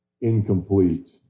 incomplete